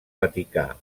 vaticà